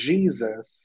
Jesus